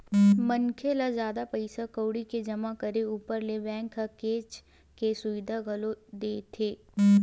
मनखे ल जादा पइसा कउड़ी के जमा करे ऊपर ले बेंक ह चेक के सुबिधा घलोक देथे